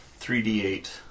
3d8